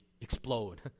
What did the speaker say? explode